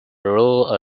rule